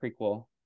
prequel